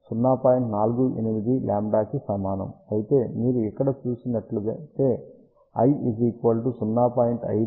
48λ కి సమానం అయితే మీరు ఇక్కడ చూసినట్లయితే l 0